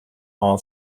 all